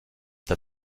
der